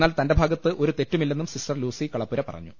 എന്നാൽ തന്റെ ഭാഗത്ത് ഒരു തെറ്റുമില്ലെന്നും സിസ്റ്റർ ലൂസി കളപ്പുര പറഞ്ഞു